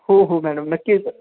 हो हो मॅडम नक्कीच